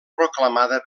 proclamada